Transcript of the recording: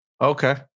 Okay